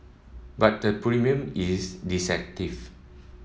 but the premium is deceptive